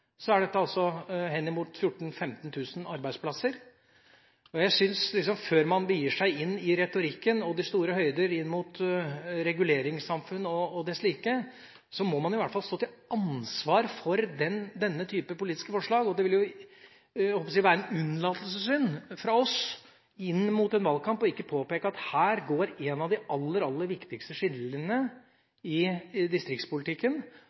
er dette henimot 14 000–15 000 arbeidsplasser, og jeg syns at før man begir seg inn i retorikken og de store høyder, inn mot reguleringssamfunn og dets like, må man i hvert fall stå til ansvar for denne typen politiske forslag. Det vil være en unnlatelsessynd fra oss inn mot en valgkamp ikke å påpeke at her går en av de aller, aller viktigste skillelinjene i distriktspolitikken,